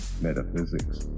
metaphysics